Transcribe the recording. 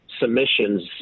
submissions